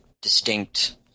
distinct